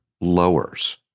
lowers